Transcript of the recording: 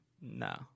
No